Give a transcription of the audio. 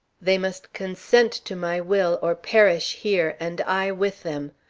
they must consent to my will or perish here, and i with them.